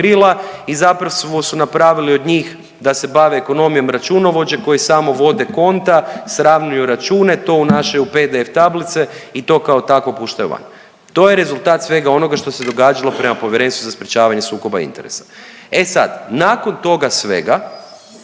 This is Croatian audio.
i zapravo su napravili od njih da se bave ekonomijom računovođe koji samo vode konta, sravnjuju račune, to unašaju u PDF tablice i to kao takvo puštaju van. To je rezultat svega onoga što se događalo prema Povjerenstvu za sprječavanje sukoba interesa. E sad nakon toga svega